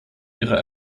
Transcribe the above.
ihrer